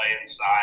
inside